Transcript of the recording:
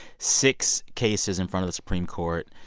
six cases in front of the supreme court.